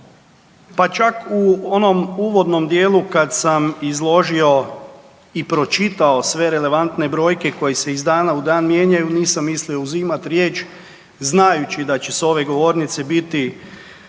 Pa čak u onom uvodnom dijelu kad sam izložio i pročitao sve relevantne brojke koje se iz dana u dan mijenjaju, nisam mislio uzimati riječ znajući da će s ove govornice biti